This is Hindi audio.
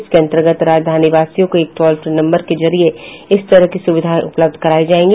इसके अंतर्गत राजधानी वासियों को एक टॉल फ्री नम्बर के जरिए हर तरह की सुविधा उपलब्ध करायी जायेगी